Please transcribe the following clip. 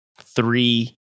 three